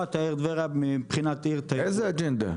את העיר טבריה מבחינת עיר תיירותץ איזה אג'נדה?